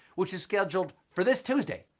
which is scheduled for this tuesday,